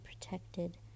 protected